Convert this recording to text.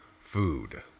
food